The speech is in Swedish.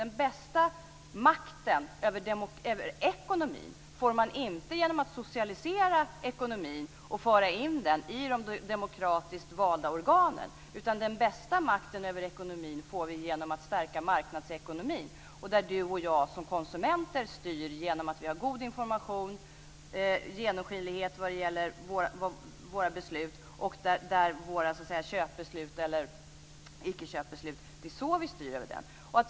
Den bästa makten över ekonomin får man inte genom att socialisera ekonomin och föra in den i de demokratiskt valda organen, utan den bästa makten över ekonomin får vi genom att stärka marknadsekonomin. Där styr vi konsumenter genom god information och genomskinlighet vad det gäller besluten. Vi styr genom att besluta oss för att köpa eller för att icke köpa. Det är så vi styr över marknadsekonomin.